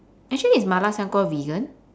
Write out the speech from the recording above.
actually is 麻辣香锅 vegan